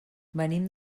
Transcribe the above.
venim